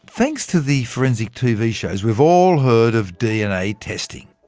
thanks to the forensic tv shows, we've all heard of dna testing.